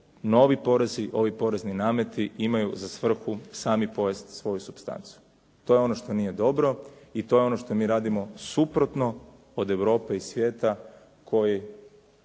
novi porezi, ovi porezni nameti imaju za svrhu sami pojest svoju supstancu. To je ono što nije dobro i to je ono što mi radimo suprotno od Europe i svijeta koji